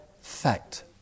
fact